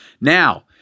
Now